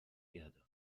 erde